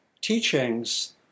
teachings